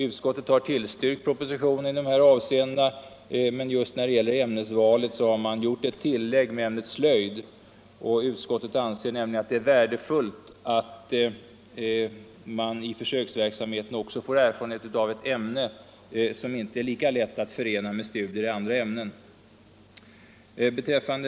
Utskottet har tillstyrkt propositionen i dessa avseenden, men just när det gäller ämnesvalen har utskottet gjort ett tillägg med ämnet slöjd. Utskottet anser nämligen att det är värdefullt att man i försöksverksamheten också får erfarenhet av ett ämne som inte är lika lätt att förena med studier i andra ämnen.